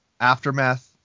Aftermath